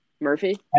Murphy